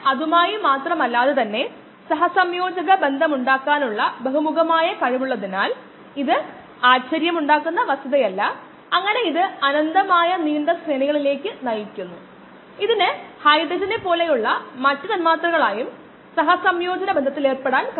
അതിനാൽ നമുക്ക് ഇത് ഒരു അവലോകനമായി എടുത്ത് ആവശ്യമുള്ള പരിധിവരെ ഇത് മനസിലാക്കാൻ ശ്രമിക്കാം നമ്മുടെ ആവശ്യത്തിനനുസരിച്ച് ബാലൻസുകൾ കൈകാര്യം ചെയ്യാനോ എഴുതാനോ കഴിയും